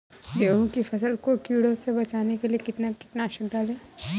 गेहूँ की फसल को कीड़ों से बचाने के लिए कितना कीटनाशक डालें?